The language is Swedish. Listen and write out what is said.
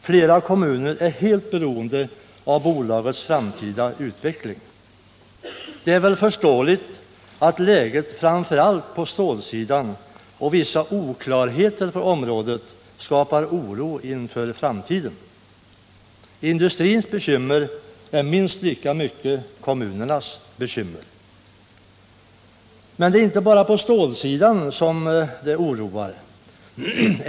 Flera kommuner är helt beroende av bolagets framtida utveckling. Det är väl förståeligt att läget framför allt på stålsidan och vissa oklarheter på området skapar oro inför framtiden. Industrins bekymmer är minst lika mycket kommunernas bekymmer. Det är emellertid inte bara stålsidan som oroar.